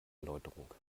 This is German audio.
erläuterung